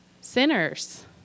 Sinners